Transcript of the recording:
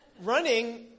running